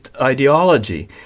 ideology